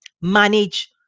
manage